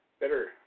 better